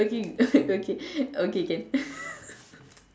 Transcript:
okay okay okay can